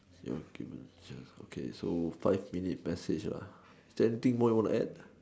okay so five minutes message anything more you want to add